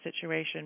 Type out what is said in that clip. situation